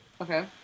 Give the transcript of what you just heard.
Okay